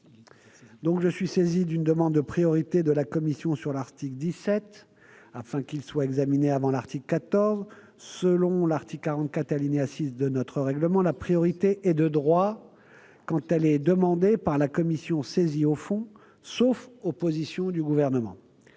spéciale, d'une demande de priorité sur l'article 17, afin qu'il soit examiné avant l'article 14. Selon l'article 44, alinéa 6, de notre règlement, la priorité est de droit quand elle est demandée par la commission saisie au fond, sauf opposition du Gouvernement.